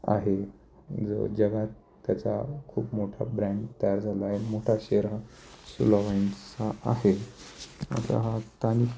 आहे जो जगात त्याचा खूप मोठा ब्रँड तयार झाला आहे मोठा शेअर हा सुला वाईन्सचा आहे आता हा स्थानिक